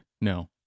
no